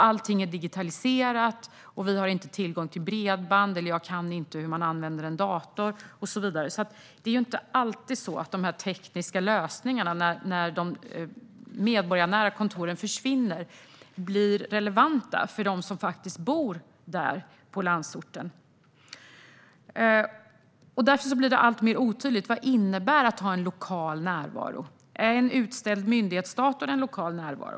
Allting är digitaliserat. Vi har inte tillgång till bredband. Jag vet inte hur man använder en dator. När de medborgarnära kontoren försvinner är det inte alltid som de tekniska lösningarna blir relevanta för dem som bor i landsorten. Därför blir det alltmer otydligt: Vad innebär det att ha en lokal närvaro? Är en utställd myndighetsdator en lokal närvaro?